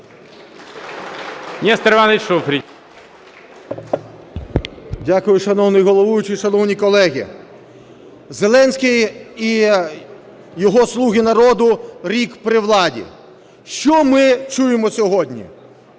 Дякую. Шановний головуючий, шановні колеги! Зеленський і його "слуги народу" рік при владі. Що ми чуємо сьогодні?